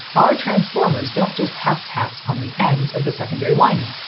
our transformers don't just have taps on the ends of the secondary winding.